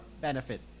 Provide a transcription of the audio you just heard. benefit